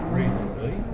reasonably